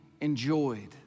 enjoyed